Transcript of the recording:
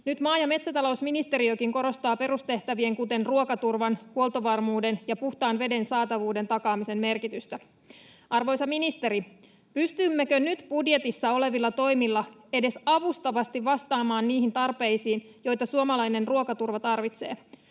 Nyt maa- ja metsätalousministeriökin korostaa perustehtävien, kuten ruokaturvan, huoltovarmuuden ja puhtaan veden saatavuuden takaamisen merkitystä. Arvoisa ministeri, pystymmekö nyt budjetissa olevilla toimilla edes avustavasti vastaamaan niihin tarpeisiin, joita suomalainen ruokaturva tarvitsee?